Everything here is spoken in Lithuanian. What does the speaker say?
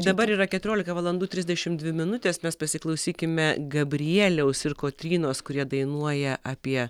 dabar yra keturiolika valandų trisdešimt dvi minutės mes pasiklausykime gabrieliaus ir kotrynos kurie dainuoja apie